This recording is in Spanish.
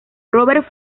robert